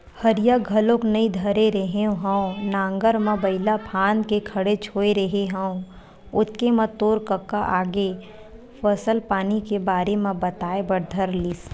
हरिया घलोक नइ धरे रेहे हँव नांगर म बइला फांद के खड़ेच होय रेहे हँव ओतके म तोर कका आगे फसल पानी के बारे म बताए बर धर लिस